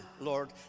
Lord